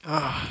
ah